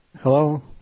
hello